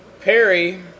Perry